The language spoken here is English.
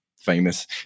famous